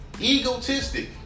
egotistic